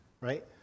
Right